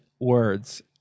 words